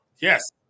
Yes